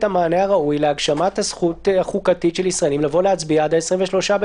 המענה הראוי להגשמת הזכות החוקתית של ישראלים לבוא ולהצביע עד ה-23.3?